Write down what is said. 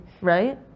right